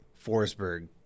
Forsberg